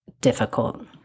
difficult